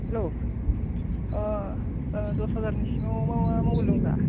hello दस हाजारनि सिङाव मा मा मबाइल दंब्रा